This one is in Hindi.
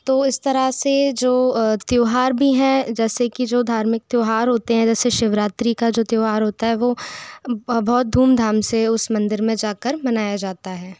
तो इस तरह से जो त्यौहार भी हैं जैसे कि जो धार्मिक त्यौहार होते हैं जैसे शिवरात्रि का जो त्यौहार होता है वो ब बहुत धूमधाम से उस मंदिर में जाकर मनाया जाता है